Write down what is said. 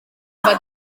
uva